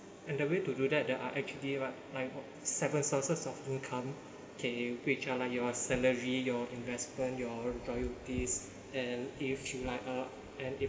and the way to do that there are actually right nin~ seven sources of income can you which are your salary your investment your royalties and if you like uh and if